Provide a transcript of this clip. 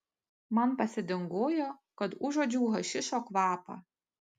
man pasidingojo kad užuodžiau hašišo kvapą